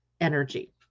energy